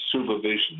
supervision